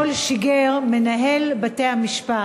אתמול שיגר מנהל בתי-המשפט,